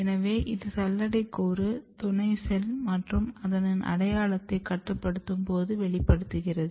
எனவே இது சல்லடை கூறு துணை செல் மற்றும் அதனின் அடையாளத்தை கட்டுப்படுத்தும் போது வெளிப்படுகிறது